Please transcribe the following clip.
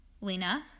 Lena